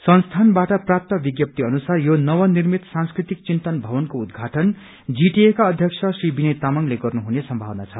संस्थानबाट प्राप्त विज्ञप्ती अनुसार यो नव निर्मित सांस्कृतिक चिन्तन भवनको उदघाटन जीटीए का अध्यक्ष श्री विनय तामाङले गर्नु हुने संभावना छ